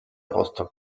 rostock